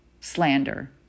slander